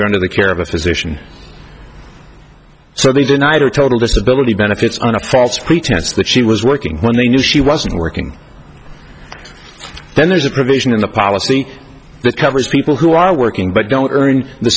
you're under the care of a physician so they deny her total disability benefits under false pretense that she was working when they knew she wasn't working then there's a provision in the policy that covers people who are working but don't earn the